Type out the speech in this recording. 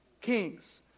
kings